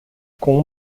com